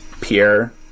Pierre